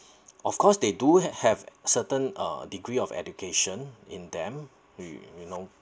of course they do have have certain uh degree of education in them y~ you know